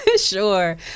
Sure